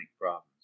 problems